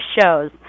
shows